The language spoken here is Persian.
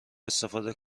استفاده